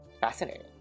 Fascinating